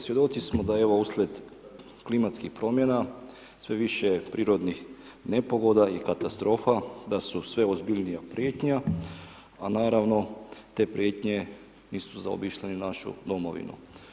Svjedoci smo da evo uslijed klimatskih promjena sve više prirodnih nepogoda i katastrofa da su sve ozbiljnija prijetnja a naravno te prijetnje nisu zaobišle ni našu domovinu.